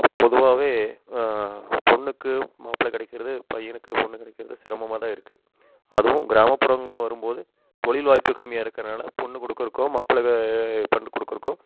பொதுவாவே பொண்ணுக்கு மாப்பிளை கிடைக்குறது பையனுக்கு பொண்ணு கிடைக்குறது சிரமமாக தான் இருக்குது அதுவும் கிராமப்புறங்களில் வரும்போது தொழில் வாய்ப்பு கம்மியாக இருக்கிறனால பொண்ணு கொடுக்குறக்கோ மாப்பிள கொடுக்குறக்கோ